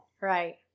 Right